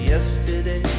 Yesterday